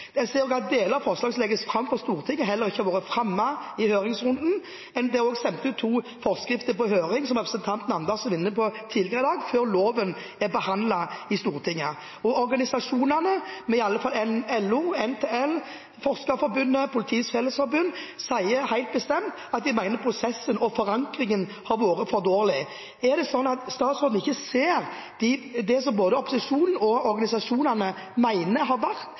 at deler av forslaget som er lagt fram for Stortinget, heller ikke har vært fremmet i høringsrunden, og det er også sendt ut to forskrifter på høring, som representanten Andersen var inne på tidligere i dag, før loven er behandlet i Stortinget. Og organisasjonene, i alle fall LO, NTL, Forskerforbundet og Politiets Fellesforbund, mener helt bestemt at prosessen og forankringen har vært for dårlig. Er det sånn at statsråden ikke ser det slik som både opposisjonen og organisasjonene, som mener det har vært